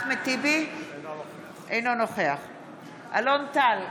אינו נוכח אלון טל,